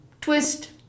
twist